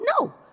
No